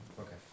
Okay